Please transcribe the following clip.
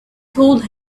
told